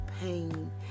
pain